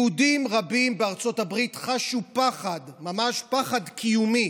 יהודים רבים בארצות הברית חשו פחד, ממש פחד קיומי,